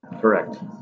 Correct